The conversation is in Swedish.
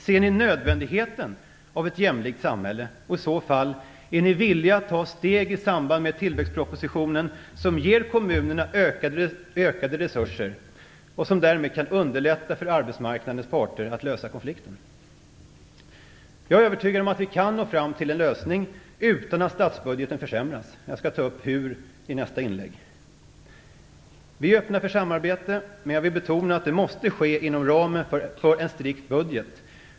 Ser ni nödvändigheten av ett jämlikt samhälle, och är ni i så fall villiga att vidta steg i samband med tillväxtpropositionen som ger kommunerna ökade resurser och som därmed kan underlätta för arbetsmarknadens parter att lösa konflikten? Jag är övertygad om att vi kan nå fram till en lösning utan att statsbudgeten försämras. Jag skall ta upp hur i nästa inlägg. Vi är öppna för samarbete, men jag vill betona att det måste ske inom ramen för en strikt budget.